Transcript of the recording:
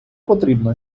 потрібно